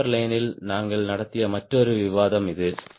camber line யில் நாங்கள் நடத்திய மற்றொரு விவாதம் இது